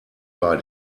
bei